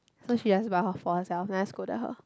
so she has buy one for herself so i scolded her